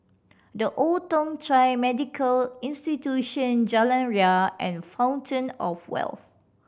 The Old Thong Chai Medical Institution Jalan Ria and Fountain Of Wealth